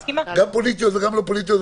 גם פוליטיות וגם לא פוליטיות.